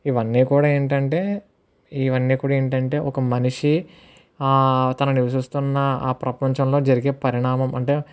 ఇవన్నీ కూడా ఏంటంటే ఇవన్నీ కూడా ఏంటంటే ఒక మనిషి తను నివసిస్తున్న ప్రపంచంలో జరిగే పరిణామం అంటే